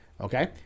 Okay